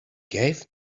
gave